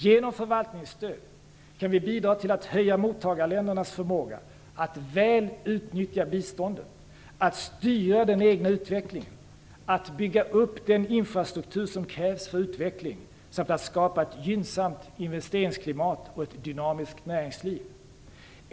Genom förvaltningsstöd kan vi bidra till att höja mottagarländernas förmåga att väl utnyttja biståndet, att styra den egna utvecklingen, att bygga upp den infrastruktur som krävs för utveckling samt att skapa ett gynnsamt investeringsklimat och ett dynamiskt näringsliv.